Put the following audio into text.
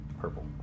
purple